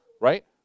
right